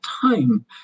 time